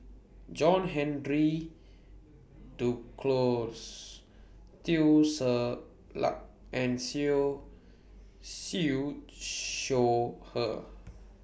John Henry Duclos Teo Ser Luck and Siew Siew Shaw Her